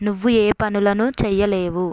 నువ్వు ఏ పనులను చేయలేవు